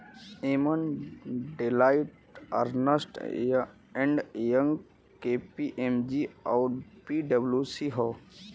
एमन Deloitte, Ernst and Young, KPMG आउर पी.डब्ल्यू.सी हौ